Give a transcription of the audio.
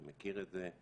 אתה מכיר את זה,